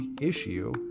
issue